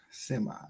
Semi